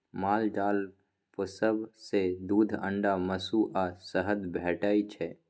माल जाल पोसब सँ दुध, अंडा, मासु आ शहद भेटै छै